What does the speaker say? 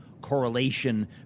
correlation